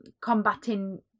combating